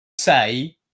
say